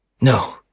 No